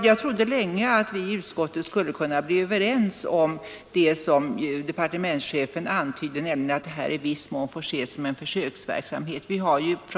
Jag trodde länge att vi i utskottet skulle kunna bli överens, eftersom de nya reglerna i viss mån får ses som en försöksverksamhet, vilket även departementschefen antydde.